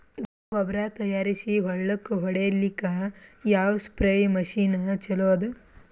ಗೊಬ್ಬರ ತಯಾರಿಸಿ ಹೊಳ್ಳಕ ಹೊಡೇಲ್ಲಿಕ ಯಾವ ಸ್ಪ್ರಯ್ ಮಷಿನ್ ಚಲೋ ಅದ?